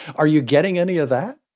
are you getting any of that?